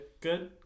Good